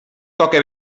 toca